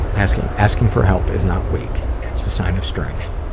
asking asking for help is not weak. it's a sign of strength.